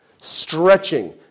Stretching